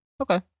Okay